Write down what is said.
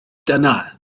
dyna